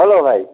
hello भाइ